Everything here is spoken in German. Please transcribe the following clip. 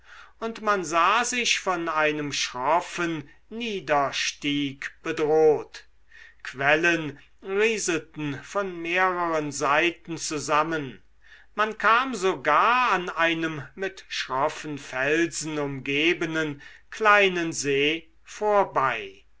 und man sah sich von einem schroffen niederstieg bedroht quellen rieselten von mehreren seiten zusammen man kam sogar an einem mit schroffen felsen umgebenen kleinen see vorbei